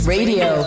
Radio